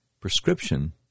prescription